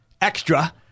extra